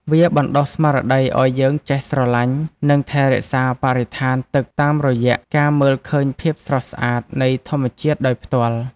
វាបណ្ដុះស្មារតីឱ្យយើងចេះស្រឡាញ់ និងថែរក្សាបរិស្ថានទឹកតាមរយៈការមើលឃើញភាពស្រស់ស្អាតនៃធម្មជាតិដោយផ្ទាល់។